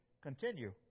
continue